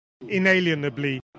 inalienably